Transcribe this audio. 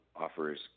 offers